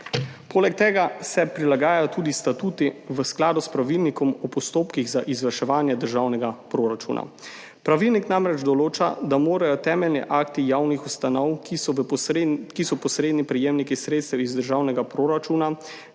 Poleg tega se prilagajajo tudi statuti v skladu s pravilnikom o postopkih za izvrševanje državnega proračuna. Pravilnik namreč določa, da morajo temeljni akti javnih ustanov, ki so posredni prejemniki sredstev iz državnega proračuna